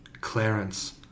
Clarence